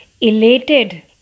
Elated